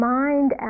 mind